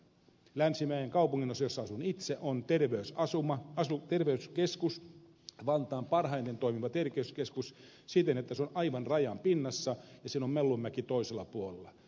länsimäen kaupunginosassa missä asun itse on terveyskeskus vantaan parhaiten toimiva terveyskeskus siten että se on aivan rajan pinnassa ja siinä on mellunmäki toisella puolella